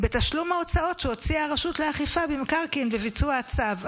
בתשלום ההוצאות שהוציאה הרשות לאכיפה במקרקעין בביצוע הצו.